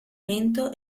lento